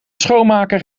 schoonmaker